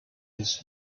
his